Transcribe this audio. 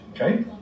okay